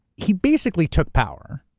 he basically took power,